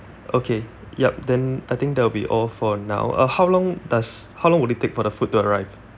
okay yup then I think that will be all for now uh how long does how long will it take for the food to arrive